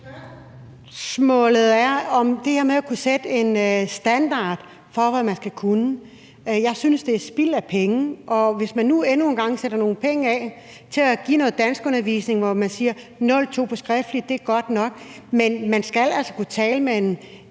forhold til det her med at kunne sætte en standard for, hvad man skal kunne: Jeg synes, det er spild af penge, og hvis man nu endnu engang sætter nogle penge af til at give noget danskundervisning og man siger, at 02 i skriftligt er godt nok, vil jeg sige: Man skal altså kunne tale med en